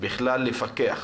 בכלל לפקח.